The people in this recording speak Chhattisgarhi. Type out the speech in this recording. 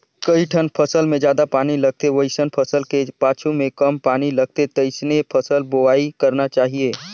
कइठन फसल मे जादा पानी लगथे वइसन फसल के पाछू में कम पानी लगथे तइसने फसल बोवाई करना चाहीये